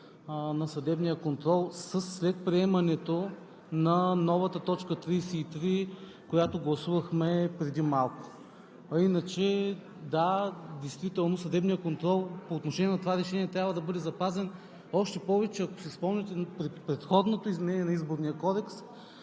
на съдебния контрол след приемането на новата т. 33, която гласувахме преди малко. А иначе да, действително съдебният контрол по отношение на това решение трябва да бъде запазен. Още повече, ако си спомняте при предходното изменение на Изборния кодекс,